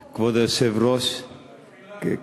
כבוד היושב-ראש, מפעיל לחץ, אה?